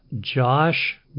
Josh